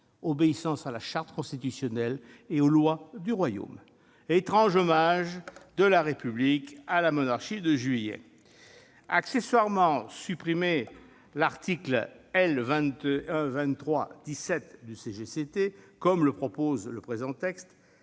d'obéissance à la charte constitutionnelle et aux lois du royaume ». Étrange hommage de la République à la Monarchie de Juillet ! Accessoirement, supprimer l'article L. 2123-17 du code général des collectivités